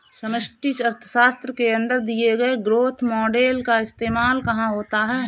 समष्टि अर्थशास्त्र के अंदर दिए गए ग्रोथ मॉडेल का इस्तेमाल कहाँ होता है?